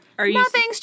Nothing's